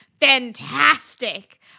fantastic